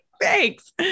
Thanks